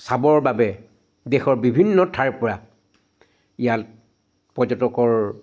চাবৰ বাবে